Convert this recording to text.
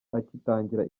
agitangira